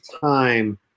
time